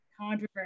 controversy